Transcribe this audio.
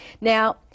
Now